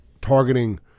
targeting